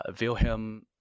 Wilhelm